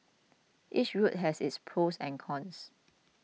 each route has its pros and cons